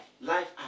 Life